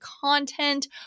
content